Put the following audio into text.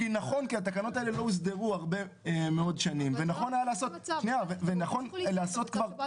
כי התקנות האלה לא הוסדרו הרבה מאוד שנים ונכון לעשות כבר,